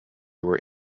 were